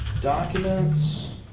Documents